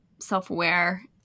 self-aware